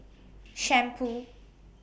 Shampoo